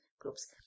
groups